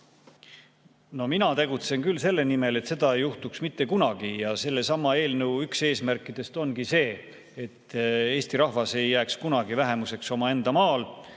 No mina tegutsen selle nimel, et seda ei juhtuks mitte kunagi. Sellesama eelnõu üks eesmärk ongi see, et Eesti rahvas ei jääks mitte kunagi vähemuseks omaenda maal